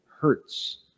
Hurts